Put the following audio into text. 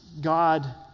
God